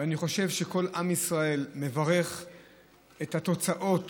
אני חושב שכל עם ישראל מברך את התוצאות